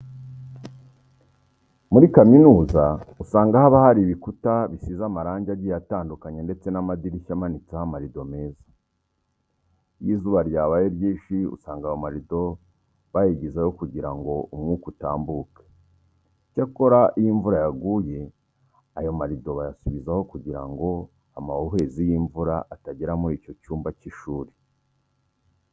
Muri kaminuza usanga haba hari ibikuta bisize amarangi agiye atandukanye ndetse n'amadirishya amanitseho amarido meza. Iyo izuba ryabaye ryinshi usanga ayo marido bayigizayo kugira ngo umwuka utambuke, icyakora iyo imvura yaguye ayo marido bayasubizaho kugira ngo amahuhwezi y'imvura atagera muri icyo cyumba cy'ishuri.